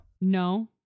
No